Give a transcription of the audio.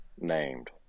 named